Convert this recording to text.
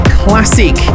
classic